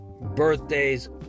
birthdays